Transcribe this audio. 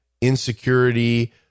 insecurity